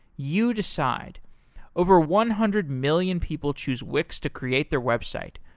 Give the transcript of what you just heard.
you decide over one hundred million people choose wix to create their website.